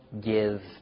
give